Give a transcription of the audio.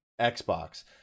Xbox